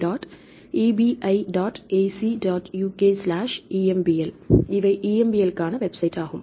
ukembl இவை EMBL க்கான website ஆகும்